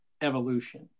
evolution